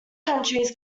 countries